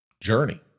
journey